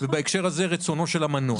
ובהקשר הזה רצונו של המנוח.